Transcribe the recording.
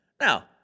Now